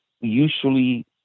usually